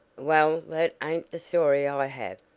well, that ain't the story i have,